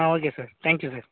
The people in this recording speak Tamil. ah okay sir thank you sir